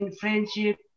friendship